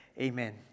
amen